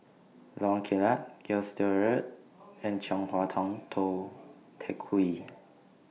Lorong Kilat Gilstead Road and Chong Hua Tong Tou Teck Hwee